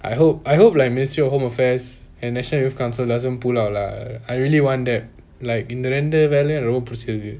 I hope I hope like ministry of home affairs and national youth council doesn't pull out lah I really want that like இந்த ரெண்டு வேலையும் ரொம்ப பிடிச்சிர்க்கு:intha rendu vellaiyum romba pidichirkku